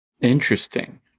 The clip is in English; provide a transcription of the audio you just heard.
Interesting